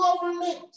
government